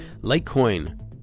Litecoin